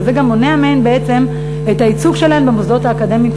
וזה גם מונע מהן בעצם את הייצוג שלהן במוסדות האקדמיים,